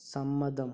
സമ്മതം